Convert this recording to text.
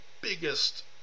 biggest